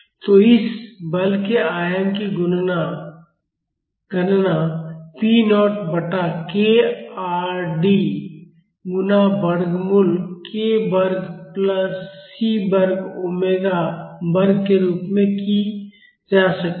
तो इस बल के आयाम की गणना p0 बटा k Rd गुणा वर्गमूल k वर्ग प्लस c वर्ग ओमेगा वर्ग के रूप में की जा सकती है